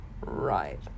right